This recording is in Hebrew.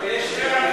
מתביישת?